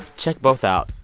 check both out.